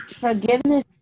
forgiveness